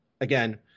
again